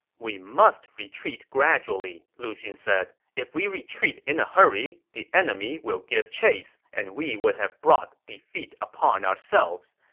we must retreat gradually, lu xun said. if we retreat in a hurry, the enemy will give chase, and we would have brought defeat upon ourselves.